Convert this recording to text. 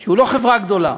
שהוא לא חברה גדולה,